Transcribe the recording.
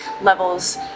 levels